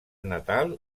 natal